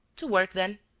to work, then.